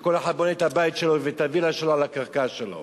שכל אחד בונה את הבית שלו ואת הווילה שלו על הקרקע שלו